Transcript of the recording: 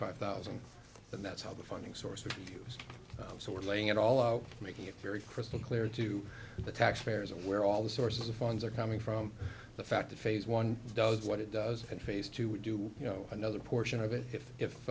five thousand and that's how the funding source so we're laying it all out making it very crystal clear to the taxpayers where all the sources of funds are coming from the fact that phase one does what it does and phase two would do you know another portion of it if if